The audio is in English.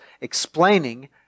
explaining